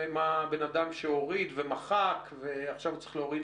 ומה אדם שהוריד ומחק ועכשיו צריך להוריד